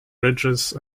bridges